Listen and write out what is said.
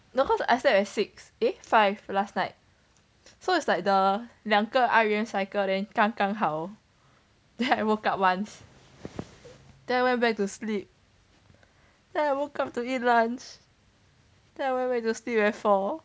no cause I slept at six eh five last night so it's like the 两个 rest cycle then 刚刚好 then I woke up once then went back to sleep then I woke up to eat lunch then I went back to sleep at four